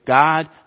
God